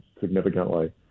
significantly